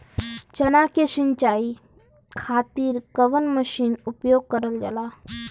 चना के सिंचाई खाती कवन मसीन उपयोग करल जाला?